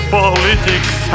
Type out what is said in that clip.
politics